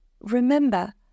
remember